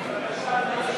חברי